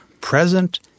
present